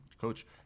coach